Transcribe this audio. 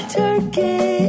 turkey